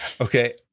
Okay